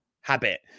habit